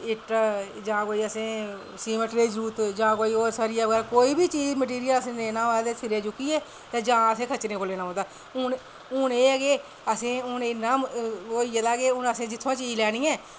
ते ईट जां कोई असें सीमेंट दी जरूरत ते जां कोई असें कोई बी चीज़ जां असें मटीरियल लैना होऐ ते सिरें चुक्कियै जां असें खच्चरें पर लैना पौंदा हा ते हून एह् ऐ कि हून असें होई दा कि हून असें जित्थां चीज़ लैनी ऐ